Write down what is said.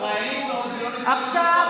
ישראלי טוב הוא לא בהכרח יהודי טוב.